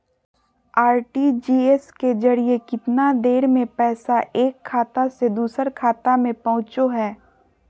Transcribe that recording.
RTGS के जरिए कितना देर में पैसा एक खाता से दुसर खाता में पहुचो है?